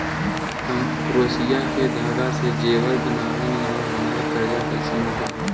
हम क्रोशिया के धागा से जेवर बनावेनी और हमरा कर्जा कइसे मिली?